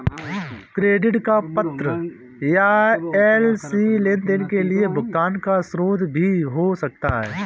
credit का पत्र या एल.सी लेनदेन के लिए भुगतान का स्रोत भी हो सकता है